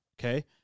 Okay